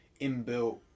inbuilt